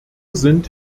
sind